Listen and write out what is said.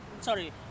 sorry